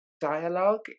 dialogue